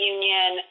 Union